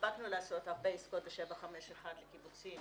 הספקנו לעשות הרבה עסקאות ב-751 לקיבוצים